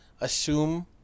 assume